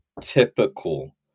typical